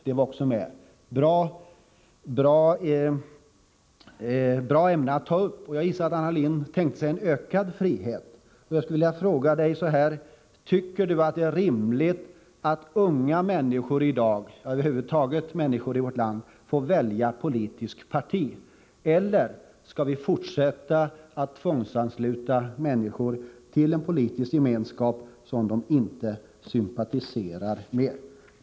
Det är ett bra ämne att ta upp, och jag gissar att Anna Lindh har tänkt sig en ökad frihet. Jag vill fråga om Anna Lindh tycker att det är rimligt att människor i vårt land i dag får välja politiskt parti. Eller skall vi fortsätta att tvångsansluta människor till en politisk gemenskap som de inte sympatiserar med?